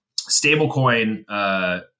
stablecoin